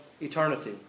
eternity